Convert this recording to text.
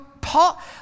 Paul